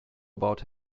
about